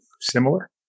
similar